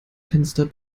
fenster